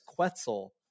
Quetzal